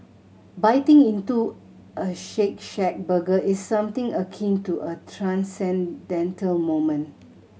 biting into a Shake Shack burger is something akin to a transcendental moment